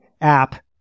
app